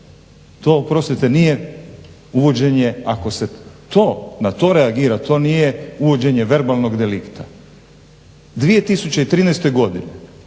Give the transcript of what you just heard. To oprostite nije uvođenje, ako se na to reagira, to nije uvođenje verbalnog delikta. 2013. godine